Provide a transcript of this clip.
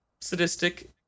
sadistic